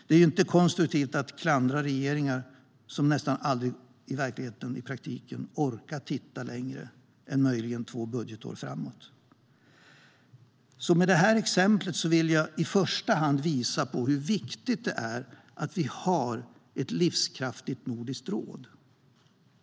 Det är ju inte konstruktivt att klandra regeringar som nästan aldrig i verkligheten, i praktiken, orkar titta längre än möjligen två budgetår framåt. Med det här exemplet vill jag i första hand visa på hur viktigt det är att vi har ett livskraftigt nordiskt råd.